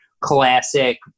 classic